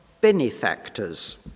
benefactors